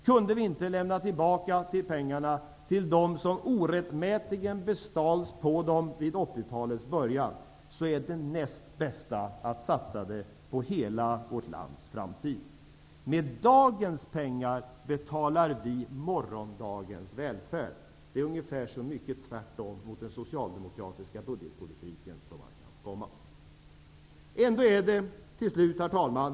Kunde vi inte lämna tillbaka pengarna till dem som orättmätigt bestals på dem vid 1980-talets början, är det näst bästa att satsa dem på hela vårt lands framtid. Med dagens pengar betalar vi morgondagens välfärd. Det är ungefär så mycket tvärtemot den socialdemokratiska budgetpolitiken man kan komma. Herr talman!